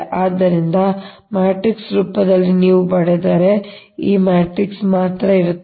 ಆದ್ದರಿಂದ ಮ್ಯಾಟ್ರಿಕ್ಸ್ ರೂಪದಲ್ಲಿ ನೀವು ಬರೆದರೆ ಈ ಮ್ಯಾಟ್ರಿಕ್ಸ್ ಮಾತ್ರ ಇರುತ್ತದೆ